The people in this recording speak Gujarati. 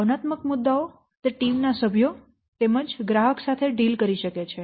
ભાવનાત્મક મુદ્દાઓ તે ટીમ ના સભ્યો તેમજ ગ્રાહક સાથે ડીલ કરી શકે છે